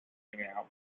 emails